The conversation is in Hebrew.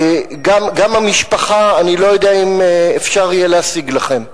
גם המשפחה, אני לא יודע אם אפשר יהיה להשיג לכם.